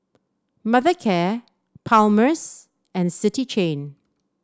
Mothercare Palmer's and City Chain